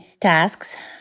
tasks